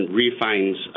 refines